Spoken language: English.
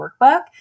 workbook